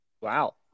Wow